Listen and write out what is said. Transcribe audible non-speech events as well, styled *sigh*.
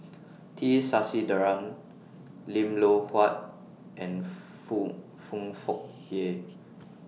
*noise* T Sasitharan Lim Loh Huat and *unintelligible* Foong Foong Fook Kay